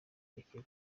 imikino